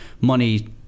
money